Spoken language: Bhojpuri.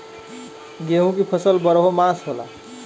गेहूं की फसल बरहो मास होला